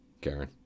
Karen